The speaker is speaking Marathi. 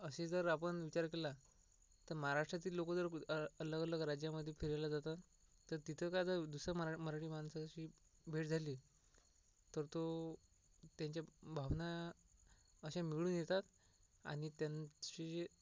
असा जर आपण विचार केला तर महाराष्ट्रातील लोकं जर गुज अलग अलग राज्यामध्ये फिरायला जातात तर तिथे काय तर दुसरे म्हार मराठी माणसाची भेट झाली तर तो त्यांच्या भावना अशा मिळून येतात आणि त्यांची